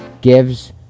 gives